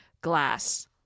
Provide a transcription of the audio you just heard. glass